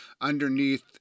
underneath